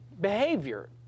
Behavior